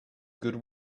good